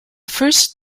first